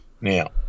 now